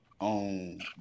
on